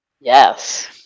Yes